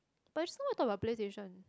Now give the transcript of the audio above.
but is not what I talk about Play Station